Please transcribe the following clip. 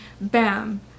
bam